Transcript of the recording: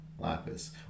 lapis